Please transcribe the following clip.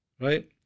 Right